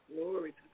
Glory